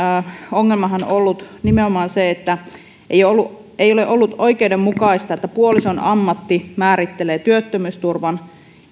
ongelmahan on ollut nimenomaan se että ei ole ollut oikeudenmukaista että puolison ammatti määrittelee työttömyysturvan